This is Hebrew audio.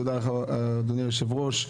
תודה רבה לך אדוני יושב הראש,